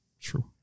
True